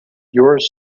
yours